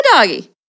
doggy